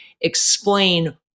explain